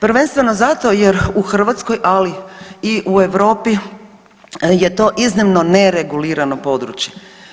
Prvenstveno zato jer u Hrvatskoj ali i u Europi je to iznimno neregulirano područje.